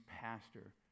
pastor